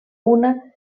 una